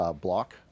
block